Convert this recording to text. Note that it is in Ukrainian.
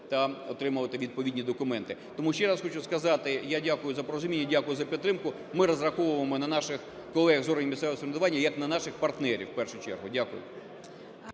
та отримувати відповідні документи. Тому ще раз хочу сказати, я дякую за порозуміння, дякую за підтримку. Ми розраховуємо на наших колег з органів місцевого самоврядування, як на наших партнерів, в першу чергу. Дякую.